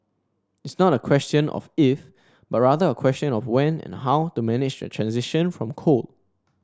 it's not a question of if but rather a question of when and how to manage the transition from coal